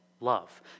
love